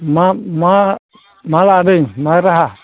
मा मा मा लादों मा राहा